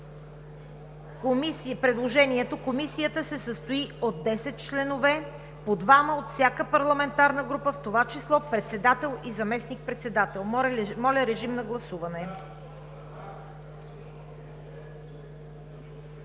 предложението: „Комисията се състои от 10 членове – по двама от всяка парламентарна група, в това число председател и заместник-председател“. Гласували